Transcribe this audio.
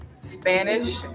Spanish